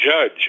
judge